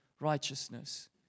righteousness